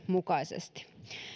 mukaisesti